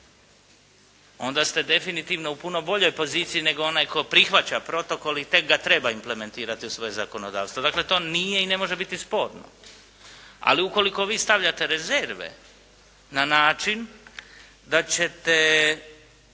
onda ste definitivno u puno boljoj poziciji nego onaj tko prihvaća protokol i tek ga treba implementirati u svoje zakonodavstvo. Dakle, to nije i ne može biti sporno. Ali ukoliko vi stavljate rezerve na način da ćete